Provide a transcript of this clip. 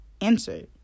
answer